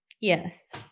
Yes